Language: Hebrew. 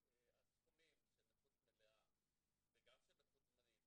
נתנו את הסכומים של נכות מלאה וגם של נכות זמנית,